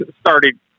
started